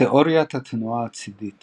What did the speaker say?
תאוריית התנועה הצידית